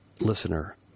Listener